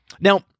Now